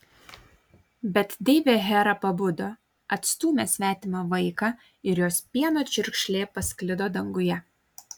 bet deivė hera pabudo atstūmė svetimą vaiką ir jos pieno čiurkšlė pasklido danguje